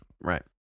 Right